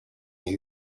who